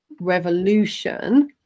revolution